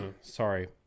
sorry